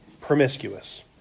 promiscuous